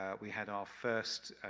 ah we had our first,